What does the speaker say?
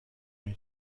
اینه